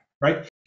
right